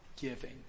giving